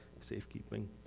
safekeeping